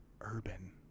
urban